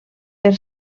per